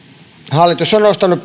hallitus on nostanut